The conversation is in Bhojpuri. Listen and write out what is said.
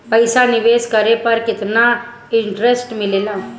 पईसा निवेश करे पर केतना इंटरेस्ट मिलेला?